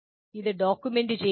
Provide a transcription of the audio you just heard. അത് ഡോക്യുമെന്റ് ചെയ്യണോ